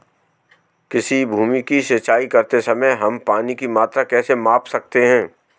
किसी भूमि की सिंचाई करते समय हम पानी की मात्रा कैसे माप सकते हैं?